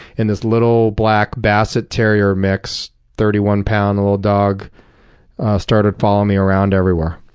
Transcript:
and this little black basset terrier mix thirty one pound little dog started following me around everywhere.